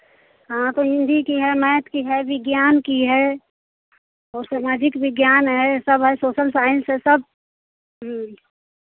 हाँ तो हिंदी की है मैथ की है विज्ञान की है और समाजिक विज्ञान है सब है सोशल साइंस है सब